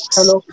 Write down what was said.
Hello